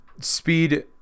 speed